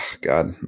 God